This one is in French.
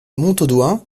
montaudoin